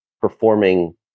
performing